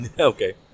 Okay